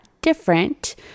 different